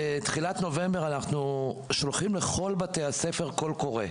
בתחילת נובמבר אנחנו שולחים לכל בתי הספר קול קורא